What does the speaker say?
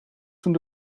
toen